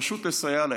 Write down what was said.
פשוט לסייע להם.